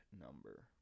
number